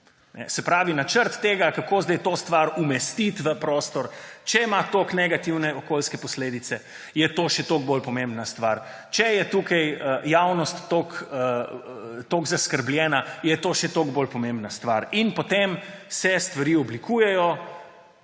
Se pravi načrt tega, kako zdaj to stvar umestiti v prostor. Če ima tako negativne okoljske posledice, je to še toliko bolj pomembna stvar. Če je tukaj javnost toliko zaskrbljena, je to še toliko bolj pomembna stvar. In potem se stvari oblikujejo,